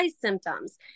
symptoms